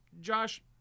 Josh